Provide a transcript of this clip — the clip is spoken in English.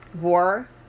war